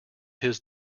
his